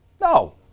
no